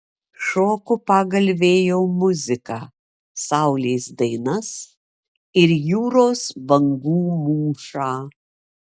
šoku pagal vėjo muziką saulės dainas ir jūros bangų mūšą